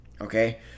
okay